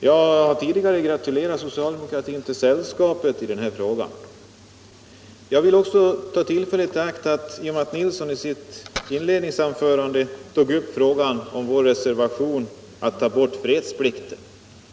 Jag har tidigare gratulerat socialdemokratin till sällskapet i den här frågan. Herr Nilsson i Kalmar tog i sitt inledningsanförande upp frågan om vår reservation för att ta bort fredsplikten.